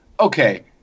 Okay